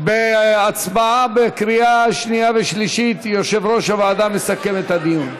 בהצבעה בקריאה שנייה ושלישית יושב-ראש הוועדה מסכם את הדיון.